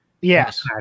Yes